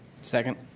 Second